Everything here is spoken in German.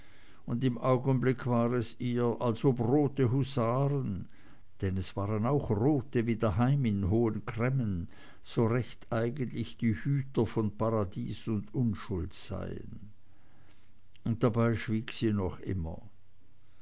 und im augenblick war es ihr als ob rote husaren denn es waren auch rote wie daheim in hohen cremmen so recht eigentlich die hüter von paradies und unschuld seien und dabei schwieg sie noch immer